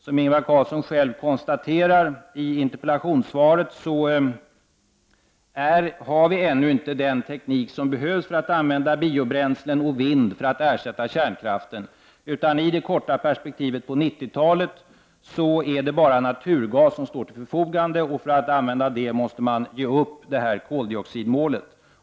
Som Ingvar Carlsson själv konstaterar i interpellationssvaret har vi ännu inte den teknik som behövs för att ersätta kärnkraften med biobränslen och vindkraft. I det korta perspektivet är det på 90-talet bara naturgas som står till förfogande, och om man använder den måste man ge upp koldioxidmålet.